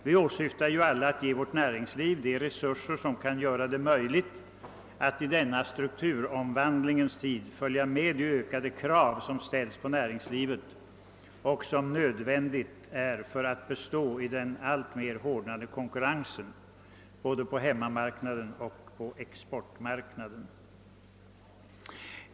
Vi åsyftar ju alla att ge vårt näringsliv de resurser som kan göra det möjligt att i denna strukturomvandlingens tid följa med de ökande krav som ställs på näringslivet för att detta skall kunna bestå i den alltmer hårdnande konkurrensen både på hemmamarknaden och exportmarknaden.